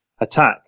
attack